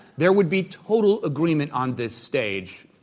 there would be total agreement on this stage,